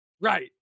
Right